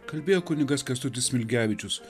kalbėjo kunigas kęstutis smilgevičius